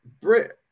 Brit